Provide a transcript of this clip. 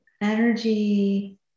energy